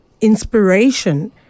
inspiration